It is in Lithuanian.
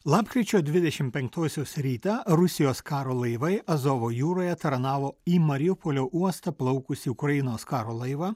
lapkričio dvidešimt penktosios rytą rusijos karo laivai azovo jūroje taranavo į mariupolio uostą plaukusį ukrainos karo laivą